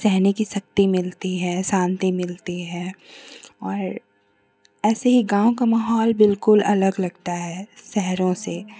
सहने की शक्ति मिलती है शान्ति मिलती है और ऐसे ही गाँव का माहौल बिलकुल अलग लगता है शहरों से